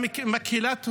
גם מקהילת ההורים,